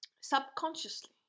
subconsciously